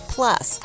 Plus